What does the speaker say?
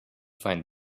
find